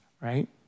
right